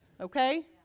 Okay